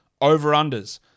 over-unders